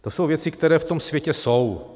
To jsou věci, které v tom světě jsou.